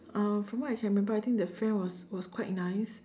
uh from what I can remember I think that friend was was quite nice